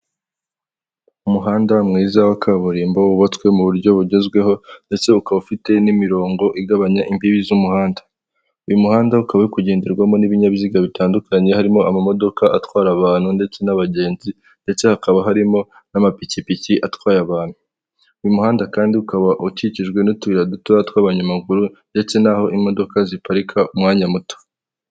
Umuhanda mwiza wa kaburimbo wubatswe mu buryo bugezweho. ndetse ukaba ufite n'imirongo igabanya imbibi z'umuhanda. Uyu muhanda ukaba kugenderwamo n'ibinyabiziga bitandukanye harimo amamodoka atwara abantu ndetse n'abagenzi, ndetse hakaba harimo n'amapikipiki atwaye abantu, uyu muhanda kandi ukaba ukikijwe n'utuyira duto tw'abanyamaguru ndetse n'aho imodoka ziparika umwanya muto.